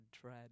Dread